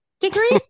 degree